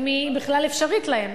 אם היא בכלל אפשרית להם,